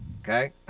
Okay